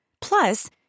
Plus